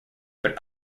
but